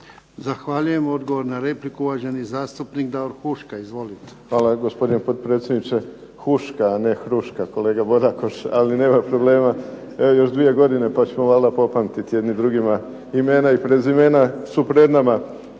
Zahvaljujem. Odgovor na repliku, uvaženi zastupnik Davor Huška. Izvolite. **Huška, Davor (HDZ)** Hvala gospodine potpredsjedniče. Huška, a ne Hruška kolega Bodakoš, ali nema problema. Evo još 2 godine, pa ćemo valjda popamtiti jedni drugima imena i prezimena, su pred nama.